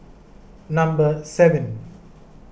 number seven